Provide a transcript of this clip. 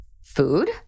Food